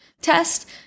test